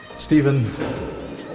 Stephen